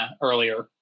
earlier